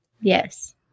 Yes